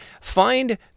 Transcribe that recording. Find